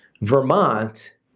Vermont